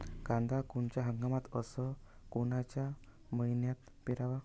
कांद्या कोनच्या हंगामात अस कोनच्या मईन्यात पेरावं?